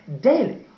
daily